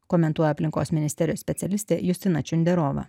komentuoja aplinkos ministerijos specialistė justina šenderova